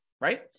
right